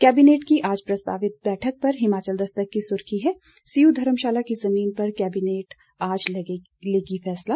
cabinet की आज प्रस्तावित बैठक पर हिमाचल दस्तक की सुर्खी है सीयू धर्मशाला की जमीन पर कैबिनेट आज लेगी फैसला